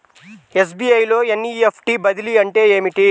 SBI లో NEFT బదిలీ అంటే ఏమిటి?